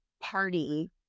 party